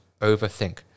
overthink